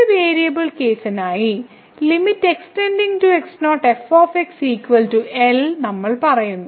ഒരു വേരിയബിൾ കേസിനായി നമ്മൾ പറയുന്നു